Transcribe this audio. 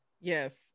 Yes